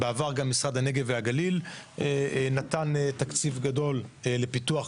בעבר גם משרד הנגב והגליל נתן תקציב גדול לפיתוח,